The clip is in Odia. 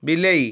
ବିଲେଇ